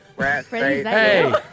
Hey